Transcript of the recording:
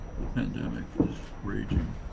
the pandemic is raging.